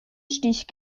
stich